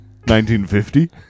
1950